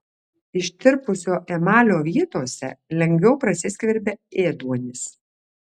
ištirpusio emalio vietose lengviau prasiskverbia ėduonis